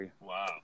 Wow